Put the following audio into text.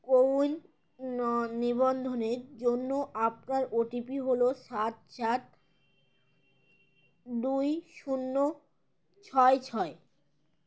CoWIN নিবন্ধনের জন্য আপনার ওটিপি হল সাত চার দুই শূন্য ছয় ছয়